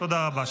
תודה רבה.